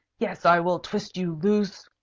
yes, i will twist you loose,